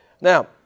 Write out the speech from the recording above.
Now